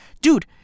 dude